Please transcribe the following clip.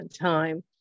time